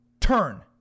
turn